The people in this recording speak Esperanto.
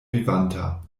vivanta